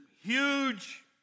huge